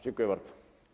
Dziękuję bardzo.